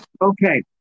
Okay